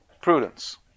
Prudence